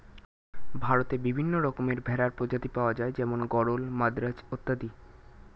ভারতে বিভিন্ন রকমের ভেড়ার প্রজাতি পাওয়া যায় যেমন গরল, মাদ্রাজ অত্যাদি